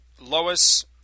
Lois